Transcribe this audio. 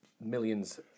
millions